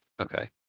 okay